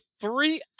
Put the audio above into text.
three